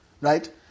right